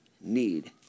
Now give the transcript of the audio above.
need